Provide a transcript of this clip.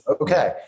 okay